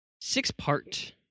six-part